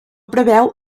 preveu